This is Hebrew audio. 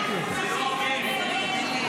ארז, אתה רומס אותנו.